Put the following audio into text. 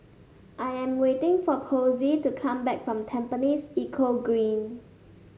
I am waiting for Posey to come back from Tampines Eco Green